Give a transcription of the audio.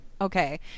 Okay